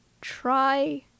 try